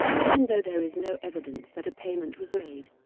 even though there is no evidence that a payment was made,